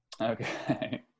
Okay